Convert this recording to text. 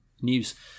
News